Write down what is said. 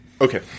Okay